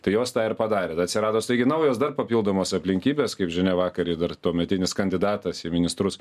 tai jos tą ir padarė tada atsirado staigiai naujos dar papildomos aplinkybės kaip žinia vakar ir dar tuometinis kandidatas į ministrus